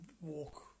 walk